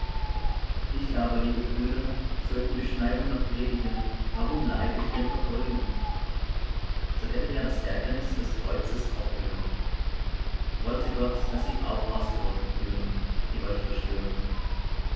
ich aber liebe brüder so ich die beschneidung noch predige warum leide ich denn verfolgung so hätte ja das ärgernis des kreuzes aufgehört wollte gott daß sie auch ausgerottet würden die euch verstören